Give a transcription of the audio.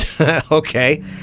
Okay